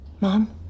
Mom